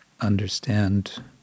understand